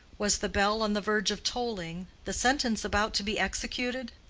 was the bell on the verge of tolling, the sentence about to be executed?